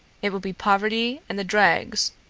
it will be poverty and the dregs,